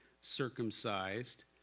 circumcised